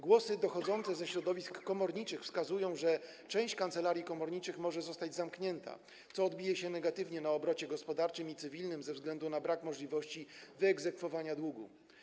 Głosy dochodzące ze środowisk komorniczych wskazują, że część kancelarii komorniczych może zostać zamknięta, co odbije się negatywnie na obrocie gospodarczym i cywilnym ze względu na brak możliwości wyegzekwowania długu.